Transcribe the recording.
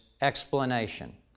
explanation